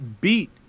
beat